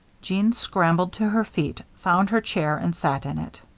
jeanne scrambled to her feet, found her chair, and sat in it.